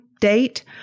date